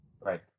Right